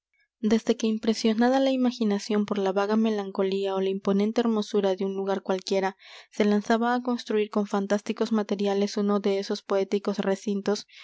desde que impresionada la imaginación por la vaga melancolía ó la imponente hermosura de un lugar cualquiera se lanzaba á construir con fantásticos materiales uno de esos poéticos recintos